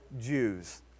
Jews